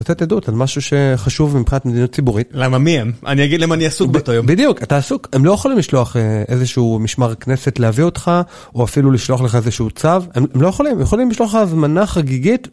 אני רוצה לתת עדות על משהו שחשוב מבחינת מדיניות ציבורית. למה מי הם? אני אגיד להם אני עסוק באותו יום. בדיוק, אתה עסוק, הם לא יכולים לשלוח איזשהו משמר כנסת להביא אותך, או אפילו לשלוח לך איזשהו צו, הם לא יכולים. הם יכולים לשלוח לך הזמנה חגיגית.